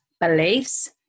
beliefs